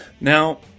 now